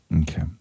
Okay